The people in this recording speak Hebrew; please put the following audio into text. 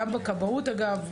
גם בכבאות אגב,